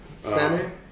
Center